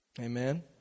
Amen